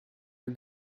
our